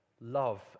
love